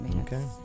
Okay